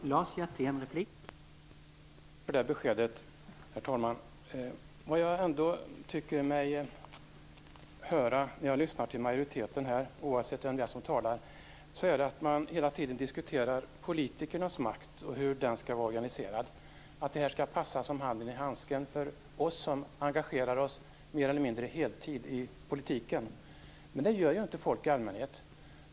Herr talman! Jag tackar för det beskedet. Vad jag ändå tycker mig höra när jag lyssnar till majoriteten här, oavsett vem det är som talar, är att man hela tiden diskuterar politikernas makt, hur den skall vara organiserad och att detta skall passa som handen i handsken för oss som engagerar oss mer eller mindre på heltid i politiken. Men det gör ju inte folk i allmänhet.